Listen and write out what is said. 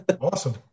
Awesome